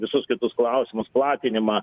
visus kitus klausimus platinimą